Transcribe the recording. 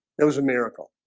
it was a miracle